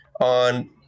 on